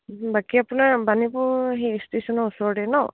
বাকী আপোনাৰ বাণীপুৰ সেই ষ্টেশ্যনৰ ওচৰতে ন